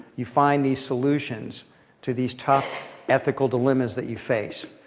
you find these solutions to these tough ethical dilemmas that you face.